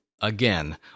again